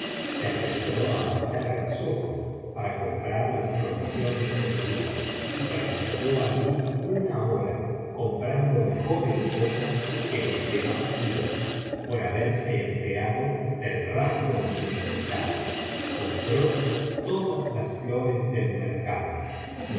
se apresuró á marchar al zoco para comprar las provisiones del día y permaneció allí una llora comprando mejores cosas que los demás días por haberse enterado del rango de su invitada compró todas las flores del mercado